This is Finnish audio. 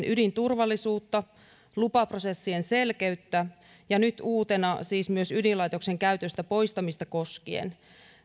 ydinturvallisuutta lupaprosessien selkeyttä ja nyt uutena siis myös ydinlaitoksen käytöstä poistamista koskien